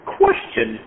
question